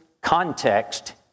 context